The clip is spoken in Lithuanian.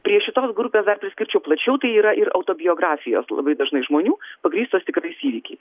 prie šitos grupės dar priskirčiau plačiau tai yra ir autobiografijos labai dažnai žmonių pagrįstos tikrais įvykiais